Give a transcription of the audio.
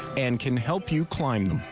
and can help you climb them.